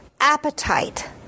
appetite